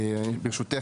ברשותך,